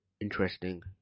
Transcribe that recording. interesting